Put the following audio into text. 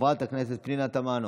חברת הכנסת פנינה תמנו,